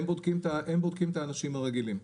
הם בודקים את האנשים הרגילים.